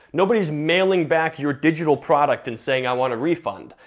nobody's mailing back your digital product and saying, i want a refund.